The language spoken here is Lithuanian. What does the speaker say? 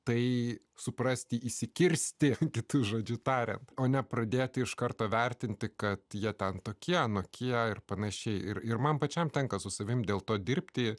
tai suprasti įsikirsti kitu žodžiu tariant o nepradėti iš karto vertinti kad jie ten tokie anokie ir pan ir ir man pačiam tenka su savimi dėl to dirbti